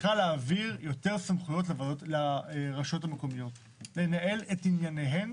צריכות להעביר יותר סמכויות לרשויות המקומיות לנהל את ענייניהן